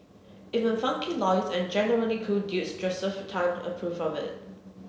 even funky lawyer and generally cool dude Josephus Tan approve of it